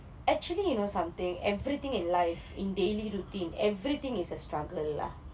actually you know something everything in life in daily routine everything is a struggle lah